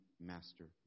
Master